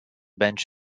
bench